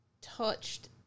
touched